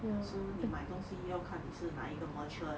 so 你买东西要看你是哪一个 merchant